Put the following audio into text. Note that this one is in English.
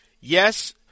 Yes